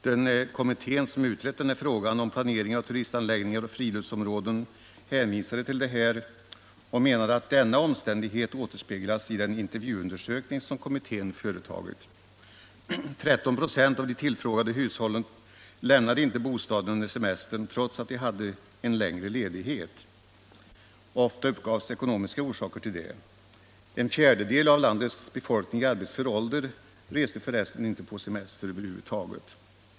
Den kommitté som utrett frågan om planering av turistanläggningar och friluftsområden hänvisade till detta och menade att denna omständighet återspeglats i den intervjuundersökning som kommittén företagit. 13 96 av de tillfrågade hushållen lämnade inte bostaden under semestern trots att de hade en längre ledighet. Ofta uppgavs ekonomiska orsaker till detta. En fjärdedel av landets befolkning i arbetsför ålder reste för resten inte på semester över huvud taget.